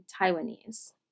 Taiwanese